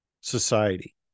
society